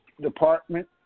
department